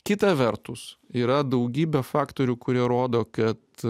kita vertus yra daugybė faktorių kurie rodo kad